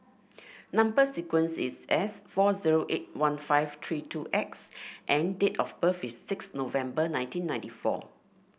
number sequence is S four zero eight one five three two X and date of birth is six November nineteen ninety four